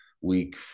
week